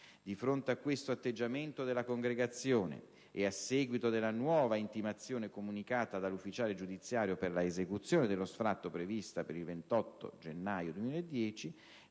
Di fronte a questo atteggiamento della Congregazione ed a seguito della nuova intimazione comunicata dall'ufficiale giudiziario per la esecuzione dello sfratto prevista per il 28 gennaio 2010,